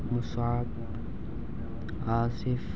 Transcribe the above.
Musab Asif